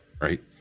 right